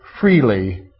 freely